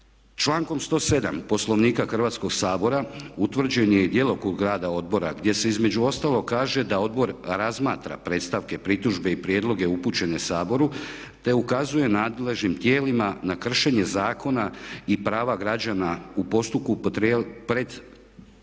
Člankom 107. Poslovnika Hrvatskog sabora utvrđen je i djelokrug rada odbora gdje se između ostalog kaže da odbor razmatra predstavke, pritužbe i prijedloge upućene Saboru te ukazuje nadležnim tijelima na kršenje zakona i prava građana u postupku pred tijelima